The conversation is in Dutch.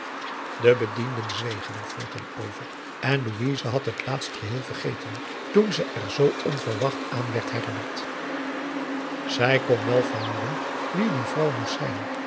de bedienden zwegen er voortaan over en louise had het haast geheel vergeten toen ze er zoo onverwacht aan werd herinnerd zij kon wel vermoeden wie die vrouw moest zijn